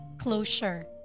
closure